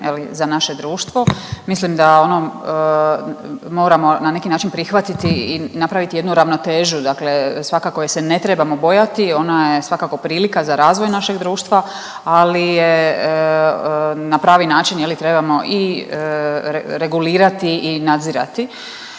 za naše društvo. Mislim da ono moramo na neki način prihvatiti i napraviti jednu ravnotežu. Dakle, svakako je se ne trebamo bojati, ona je svakako prilika za razvoj našeg društva. Ali je na pravi način je li trebamo i regulirati i nadzirati.